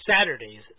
Saturdays